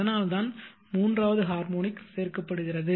அதனால்தான் மூன்றாவது ஹார்மோனிக் சேர்க்கப்படுகிறது